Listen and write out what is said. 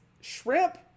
Shrimp